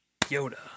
Yoda